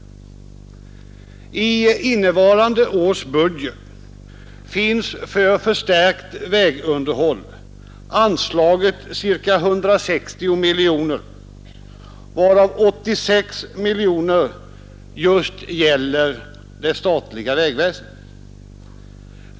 I innevarande års budget finns för förstärkt vägunderhåll anslaget ca 160 miljoner kronor, varav 86 miljoner kronor just gäller det statliga vägväsendet.